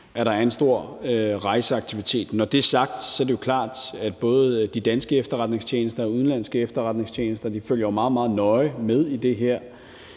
at der er en stor rejseaktivitet. Når det er sagt, er det jo klart, at både de danske efterretningstjenester og de udenlandske efterretningstjenester følger meget, meget nøje med i det her,